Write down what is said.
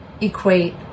equate